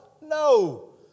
No